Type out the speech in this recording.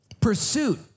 pursuit